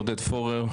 עודד פורר,